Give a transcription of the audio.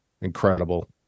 incredible